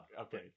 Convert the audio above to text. Okay